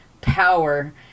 power